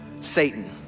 Satan